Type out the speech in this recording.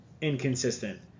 inconsistent